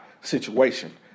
situation